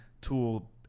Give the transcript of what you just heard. tool